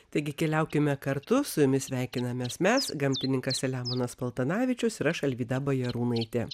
taigi keliaukime kartu su jumis sveikinamės mes gamtininkas selemonas paltanavičius ir aš alvyda bajarūnaitė